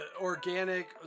organic